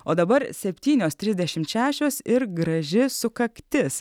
o dabar septynios trisdešimt šešios ir graži sukaktis